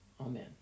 Amen